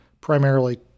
primarily